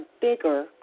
bigger